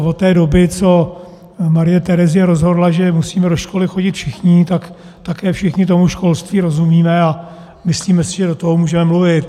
Od té doby, co Marie Terezie rozhodla, že musíme do školy chodit všichni, tak také všichni tomu školství rozumíme a myslíme si, že do toho můžeme mluvit.